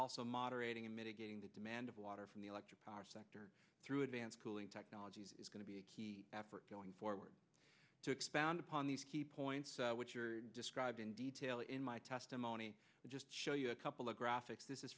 also moderating and mitigating the demand of water from the electric power sector through advanced cooling technologies is going to be a key effort going forward to expound upon these key points which are described in detail in my testimony just show you a couple of graphics this is